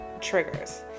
triggers